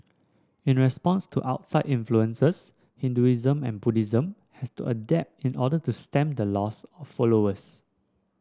in response to outside influences Hinduism and Buddhism had to adapt in order to stem the loss of followers